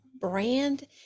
brand